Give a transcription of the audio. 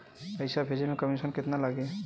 पैसा भेजे में कमिशन केतना लागि?